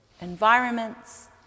Environments